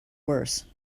worse